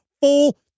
full